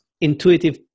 intuitive